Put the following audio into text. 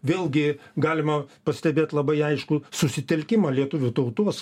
vėlgi galima pastebėt labai aiškų susitelkimą lietuvių tautos